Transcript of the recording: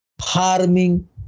harming